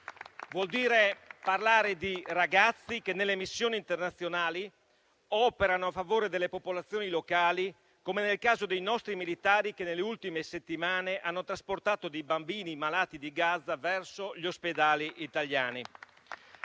vuol dire parlare di ragazzi che nelle missioni internazionali operano a favore delle popolazioni locali, come nel caso dei nostri militari che nelle ultime settimane hanno trasportato dei bambini malati da Gaza verso gli ospedali italiani.